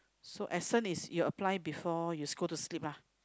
so essence is you apply before you should go to sleep lah